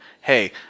Hey